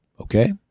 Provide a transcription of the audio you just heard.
Okay